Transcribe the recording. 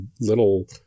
little